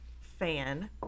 fan